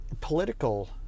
political